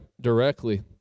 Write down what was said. directly